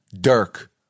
Dirk